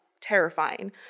terrifying